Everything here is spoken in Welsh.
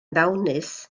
ddawnus